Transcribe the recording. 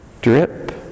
drip